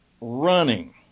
running